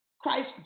Christ